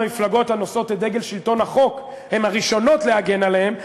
המפלגות הנושאות את דגל שלטון החוק הן הראשונות להגן עליהם,